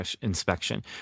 inspection